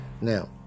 Now